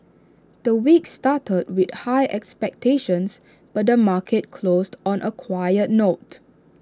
the week started with high expectations but the market closed on A quiet note